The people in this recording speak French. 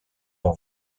leur